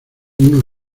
una